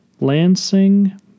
Lansing